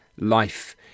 life